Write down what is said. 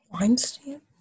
Weinstein